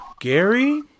Gary